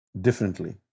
differently